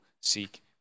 seek